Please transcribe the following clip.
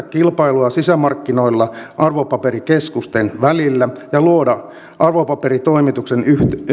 kilpailua sisämarkkinoilla arvopaperikeskusten välillä luoda arvopaperitoimituksen